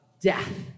death